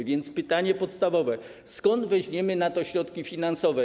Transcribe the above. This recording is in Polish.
A więc pytanie podstawowe: Skąd weźmiemy na to środki finansowe?